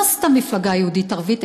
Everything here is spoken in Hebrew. לא סתם מפלגה יהודית-ערבית,